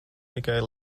tikai